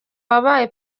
wabaye